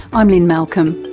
i'm lynne malcolm.